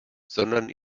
sondern